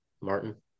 Martin